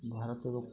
ଭାରତର